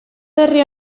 berri